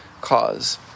cause